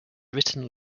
written